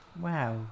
wow